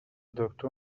دکتر